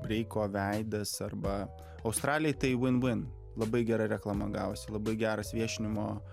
breiko veidas arba australei tai vin vin labai gera reklama gavosi labai geras viešinimo